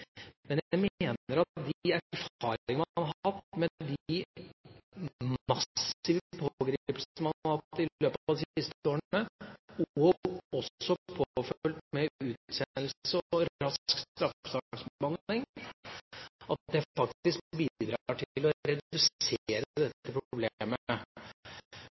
men jeg mener at de erfaringene man har hatt med de massive pågripelsene man har hatt i løpet av de siste årene, også påfulgt av utsendelse og rask straffesaksbehandling, faktisk bidrar til å redusere